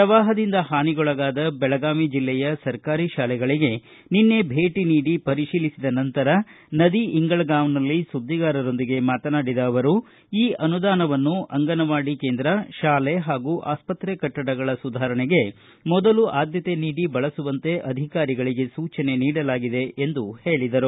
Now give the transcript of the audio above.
ಪ್ರವಾಹದಿಂದ ಹಾನಿಗೊಳಗಾದ ಬೆಳಗಾವಿ ಜಿಲ್ಲೆಯ ಸರ್ಕಾರಿ ಶಾಲೆಗಳಿಗೆ ಭೇಟಿ ನೀಡಿ ಪರಿಶೀಲಿಸಿದ ನಂತರ ನದಿಇಂಗಳಗಾವ್ನಲ್ಲಿ ಸುದ್ದಿಗಾರರೊಂದಿಗೆ ಮಾತನಾಡಿದ ಅವರು ಈ ಅನುದಾನವನ್ನು ಅಂಗನವಾಡಿ ಕೇಂದ್ರ ಶಾಲೆ ಹಾಗೂ ಆಸ್ತತ್ರೆ ಕಟ್ಟಡಗಳ ಸುಧಾರಣೆಗೆ ಮೊದಲು ಆದ್ಯತೆ ನೀಡಿ ಬಳಸುವಂತೆ ಅಧಿಕಾರಿಗಳಿಗೆ ಸೂಚನೆ ನೀಡಲಾಗಿದೆ ಎಂದು ತಿಳಿಸಿದ್ದಾರೆ